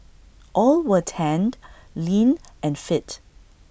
all were tanned lean and fit